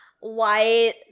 white